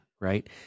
right